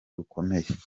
rukomeye